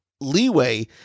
leeway